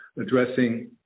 addressing